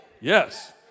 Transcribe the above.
Yes